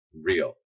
real